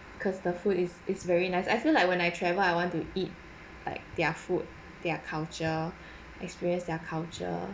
because the food is is very nice I feel like when I travel I want to eat like their food their culture experience their culture